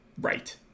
right